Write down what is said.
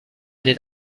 den